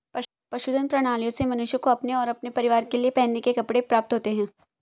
पशुधन प्रणालियों से मनुष्य को अपने और अपने परिवार के लिए पहनने के कपड़े प्राप्त होते हैं